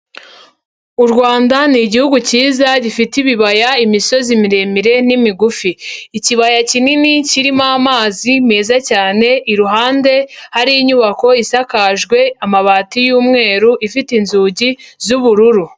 U Rwanda ni Igihugu cyiza, gifite ibibaya, imisozi miremire n'imigufi, ikibaya kinini kirimo amazi meza cyane, iruhande hari inyubako isakajwe amabati y'umweru, ifite inzugi z'ubururu.